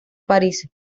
parís